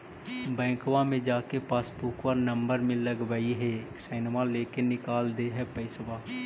बैंकवा मे जा के पासबुकवा नम्बर मे लगवहिऐ सैनवा लेके निकाल दे है पैसवा?